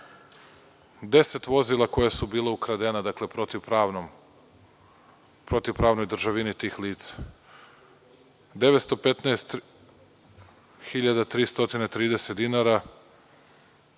10 vozila koja su bila ukradena, dakle, ukradena protivpravnoj državini tih lica, 915.330 dinara